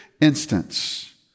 instance